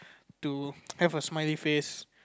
to have a smiley face